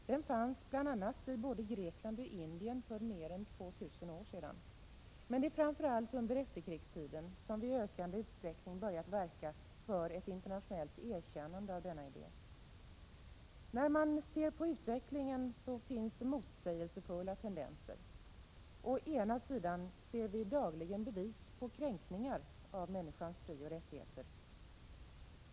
Den fanns bl.a. i både Grekland och Indien för mer än 2 000 år sedan. Men det är framför allt under efterkrigstiden som vi i ökande utsträckning börjat verka för ett internationellt erkännande av denna idé. När man ser på utvecklingen finner man att det finns motsägelsefulla tendenser. och rätten till självbestämmande Å ena sidan ser vi dagligen bevis på kränkningar av människans frioch rättigheter.